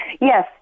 Yes